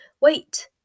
Wait